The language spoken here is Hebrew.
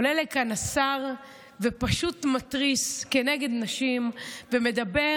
עולה לכאן השר ופשוט מתריס כנגד נשים ומדבר